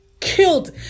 Killed